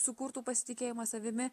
sukurtų pasitikėjimą savimi